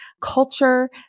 culture